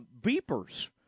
beepers